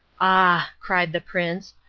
ah! cried the prince,